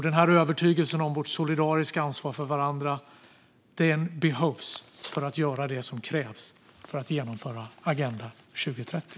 Denna övertygelse om vårt solidariska ansvar för varandra behövs för att göra det som krävs för att genomföra Agenda 2030.